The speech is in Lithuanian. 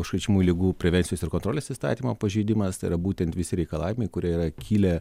užkrečiamų ligų prevencijos ir kontrolės įstatymo pažeidimas tai yra būtent visi reikalavimai kurie yra kilę